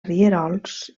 rierols